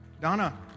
Donna